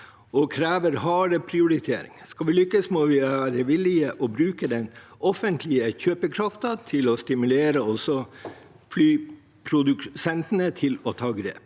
og krever harde prioriteringer. Skal vi lykkes, må vi være villige til å bruke den offentlige kjøpekraften til å stimulere flyprodusentene til å ta grep.